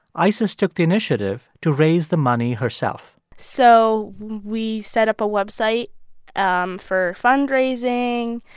isis took the initiative to raise the money herself so we set up a website um for fundraising.